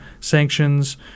sanctions